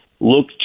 look